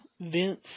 Vince